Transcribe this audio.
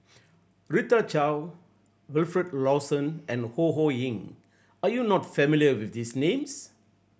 Rita Chao Wilfed Lawson and Ho Ho Ying are you not familiar with these names